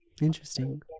Interesting